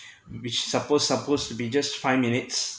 which suppose suppose to be just five minutes